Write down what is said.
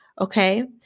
Okay